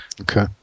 Okay